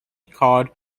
called